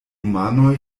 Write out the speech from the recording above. manoj